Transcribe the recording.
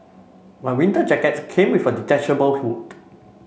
my winter jacket came with a detachable hood